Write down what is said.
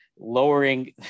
lowering